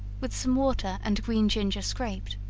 with some water and green ginger scraped,